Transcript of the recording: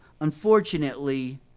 Unfortunately